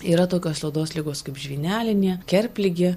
yra tokios odos ligos kaip žvynelinė kerpligė